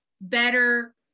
better